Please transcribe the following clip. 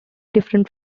different